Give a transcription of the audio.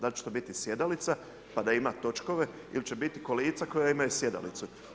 Da li će to biti sjedalica, pa da ima točkove, ili će biti kolica koja imaju sjedalicu.